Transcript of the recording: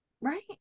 right